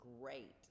great